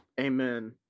Amen